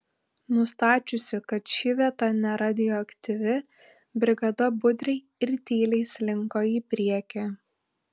nustačiusi kad ši vieta neradioaktyvi brigada budriai ir tyliai slinko į priekį